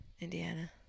Indiana